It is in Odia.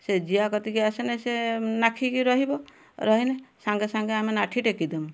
ସେ ଜିଆ କତିକି ଆସିନେ ସେ ଲାଖିକି ରହିବ ରହିଲେ ସାଙ୍ଗେ ସାଙ୍ଗେ ଆମେ ନାଠି ଟେକି ଦେମୁ